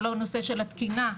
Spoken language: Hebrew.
כל הנושא של התקינה,